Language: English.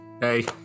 hey